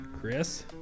Chris